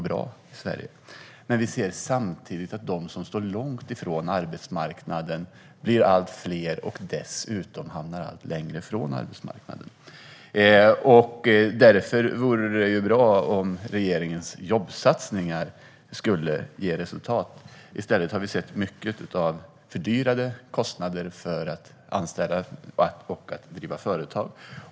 Samtidigt ser vi att de som står långt ifrån arbetsmarknaden blir allt fler och dessutom hamnar allt längre från arbetsmarknaden. Därför vore det bra om regeringens jobbsatsningar skulle ge resultat. I stället har vi sett mycket av förhöjda kostnader för att anställa och för att driva företag.